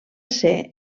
ser